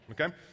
okay